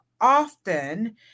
often